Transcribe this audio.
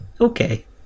okay